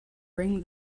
ring